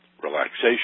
relaxation